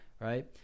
right